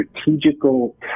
strategical